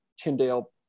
Tyndale